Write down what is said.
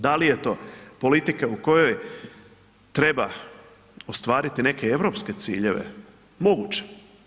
Da li je to politika u kojoj treba ostvariti neke europske ciljeve, moguće.